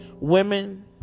women